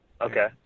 Okay